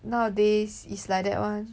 nowadays is like that [one]